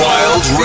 Wild